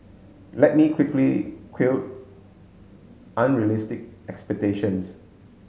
let me quickly quell unrealistic expectations